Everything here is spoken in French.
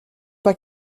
pas